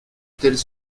tels